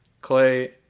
clay